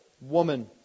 woman